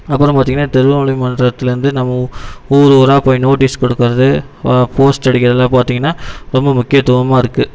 அப்புறம் பார்த்திங்கன்னா திருவண்ணாமலை மாவட்டத்துலந்து நம்ம ஊரு ஊராக போய் நோட்டீஸ் கொடுக்கறது போஸ்ட்டு அடிக்கிறதுலாம் பார்த்திங்கன்னா ரொம்ப முக்கியத்துவமாக இருக்கு